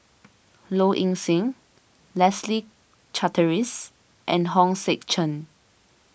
Low Ing Sing Leslie Charteris and Hong Sek Chern